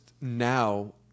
now